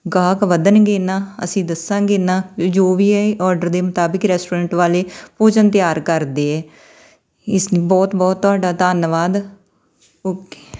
ਗਾਹਕ ਵੱਧਣਗੇ ਨਾ ਅਸੀਂ ਦੱਸਾਂਗੇ ਨਾ ਜੋ ਵੀ ਹੈ ਇਹ ਔਡਰ ਦੇ ਮੁਤਾਬਿਕ ਰੈਸਟੋਰੈਂਟ ਵਾਲੇ ਭੋਜਨ ਤਿਆਰ ਕਰਦੇ ਹੈ ਇਸ ਲੀ ਬਹੁਤ ਬਹੁਤ ਤੁਹਾਡਾ ਧੰਨਵਾਦ ਓਕੇ